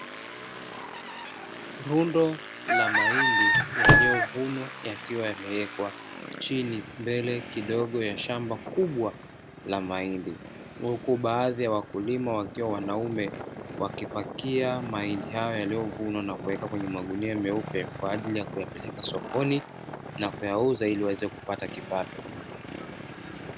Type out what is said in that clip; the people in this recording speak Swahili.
Rundo la mahindi, yaliyovunwa yakiwa yamewekwa chini, mbele kidogo la shamba kubwa la mahindi, huku baadhi ya wakulima wakiwa wanaume wakipakia mahindi hayo yaliyovunwa na kuweka kwenye magunia meupe kwaajili ya kupeleka sokoni na kuyauza ili waweze kupata kipato.